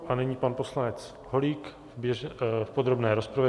A nyní pan poslanec Holík v podrobné rozpravě.